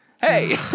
Hey